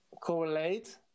correlate